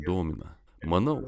domina manau